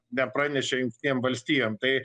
nepranešė jungtinėm valstijom tai